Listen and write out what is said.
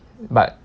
but